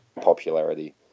popularity